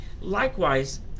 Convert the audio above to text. likewise